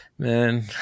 Man